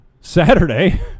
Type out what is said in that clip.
Saturday